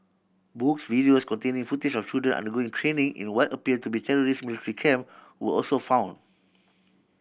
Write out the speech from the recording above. books videos containing footage of children undergoing training in what appeared to be terrorist military camp were also found